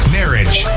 marriage